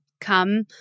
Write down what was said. come